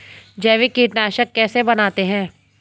जैविक कीटनाशक कैसे बनाते हैं?